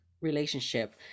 relationship